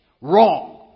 Wrong